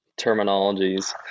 terminologies